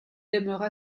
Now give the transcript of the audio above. aimera